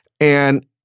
And-